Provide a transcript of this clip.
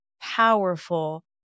powerful